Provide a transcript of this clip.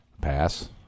Pass